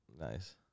Nice